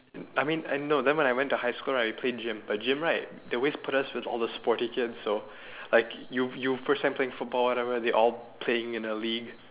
I mean I no then I went to high school right we play gym but gym right they always put us with all the sporty kids so like you you first time playing football or whatever they all playing in a league